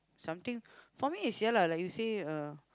something for me is ya lah like you say uh